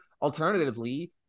alternatively